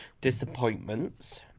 Disappointments